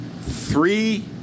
three